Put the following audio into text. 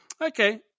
okay